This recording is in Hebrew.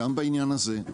גם בעניין הזה,